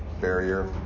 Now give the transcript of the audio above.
barrier